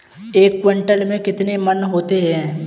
एक क्विंटल में कितने मन होते हैं?